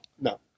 No